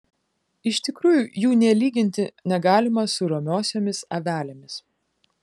iš tikrųjų jų nė lyginti negalima su romiosiomis avelėmis